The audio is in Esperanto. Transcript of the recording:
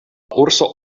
urso